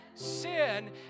sin